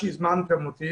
אישה נפלאה.